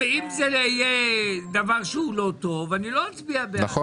אם זה יהיה דבר שהוא לא טוב, אני לא אצביע בעד.